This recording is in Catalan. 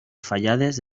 fallades